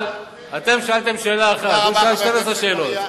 אתם שאלתם שאלה אחת, השר שטרית שאל 12 שאלות.